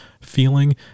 feeling